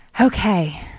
okay